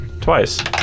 twice